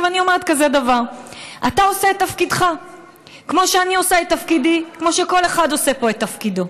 עכשיו אני אומרת כזה דבר: אתה עושה את תפקידך כמו שאני עושה את תפקידי,